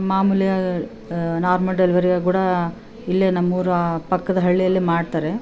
ಮಾಮೂಲೀ normal ಡೆಲಿವರಿಯ ಕೂಡ ಇಲ್ಲೇ ನಮ್ಮೂರ ಪಕ್ಕದ ಹಳ್ಳಿಯಲ್ಲಿ ಮಾಡ್ತಾರೆ